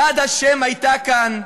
יד השם הייתה כאן,